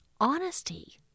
honesty